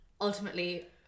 ultimately